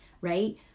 right